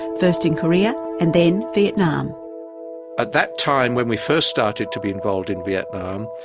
first in korea and then vietnam. at that time when we first started to be involved in vietnam,